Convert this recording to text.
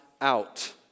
out